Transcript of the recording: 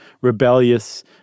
rebellious